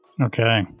Okay